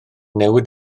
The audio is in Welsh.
newid